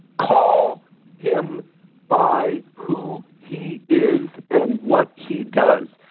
call him by who he is and what he does.